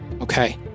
Okay